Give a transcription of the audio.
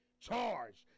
charged